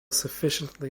sufficiently